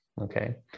Okay